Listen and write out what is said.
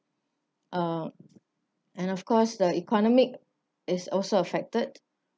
uh and of course the economic is also affected